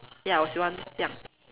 ya 我喜欢这样